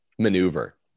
maneuver